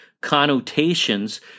connotations